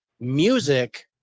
Music